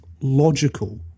logical